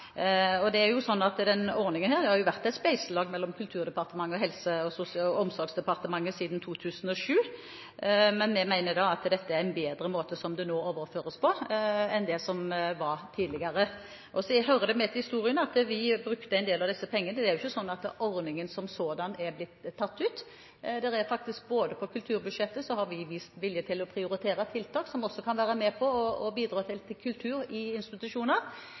Det er jo sånn at denne ordningen har vært et spleiselag mellom Kulturdepartementet og Helse- og omsorgsdepartementet siden 2007, men jeg mener at det er en bedre måte som det nå overføres på, enn det som var tidligere. Det hører med til historien at vi brukte en del av disse pengene. Det er jo ikke sånn at ordningen som sådan har blitt tatt ut. I kulturbudsjettet har vi vist vilje til å prioritere tiltak som også kan være med på å bidra til kultur i institusjoner,